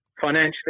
Financially